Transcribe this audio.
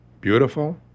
beautiful